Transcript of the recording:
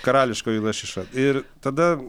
karališkoji lašiša ir tada